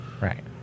right